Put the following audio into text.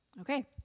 Okay